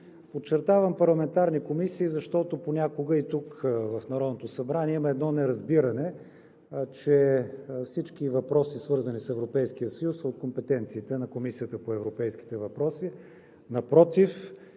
Подчертавам – парламентарни комисии, защото понякога и тук, в Народното събрание, има едно неразбиране, че всички въпроси, свързани с Европейския съюз, са от компетенциите на Комисията по европейските въпроси.